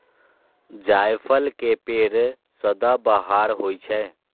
जायफल के पेड़ सदाबहार होइ छै